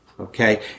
Okay